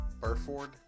Burford